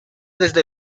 desde